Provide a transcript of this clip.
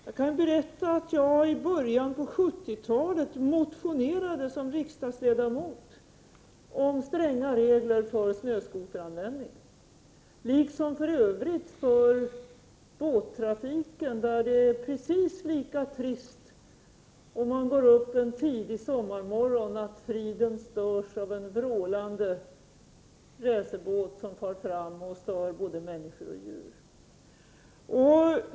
Jag kan berätta att jag i början av 70-talet som riksdagsledamot motionerade om stränga regler för snöskoteranvändning, liksom för övrigt för båttrafiken. Precis lika trist som att bli störd av dessa terrängfordon är det att gå upp en tidig sommarmorgon då friden bryts av en vrålande racerbåt som stör både människor och djur.